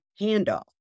handoff